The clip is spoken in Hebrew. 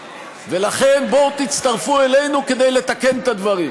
ולכן, תצטרפו אלינו כדי לתקן את הדברים,